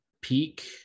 peak